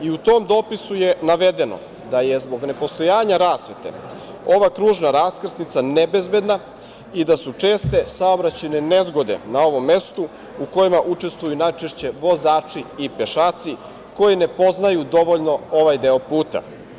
U tom dopisu je navedeno da je zbog nepostojanja rasvete ova kružna raskrsnica nebezbedna i da su česte saobraćajne nezgode na ovom mestu u kojima učestvuju najčešće vozači i pešaci koji ne poznaju dovoljno ovaj deo puta.